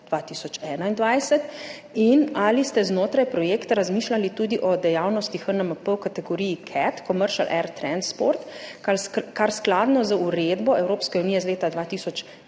2021? Ali ste znotraj projekta razmišljali tudi o dejavnosti HNMP v kategoriji Commercial Air Transport (CAT), kar skladno z uredbo Evropske unije iz leta